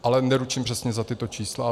Ale neručím přesně za tato čísla.